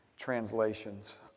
translations